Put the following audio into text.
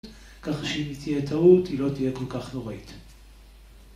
ככה שהיא תהיה טעות היא לא תהיה כל כך נוראית